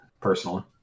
personally